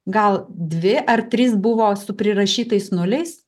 gal dvi ar trys buvo su prirašytais nuliais